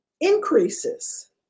increases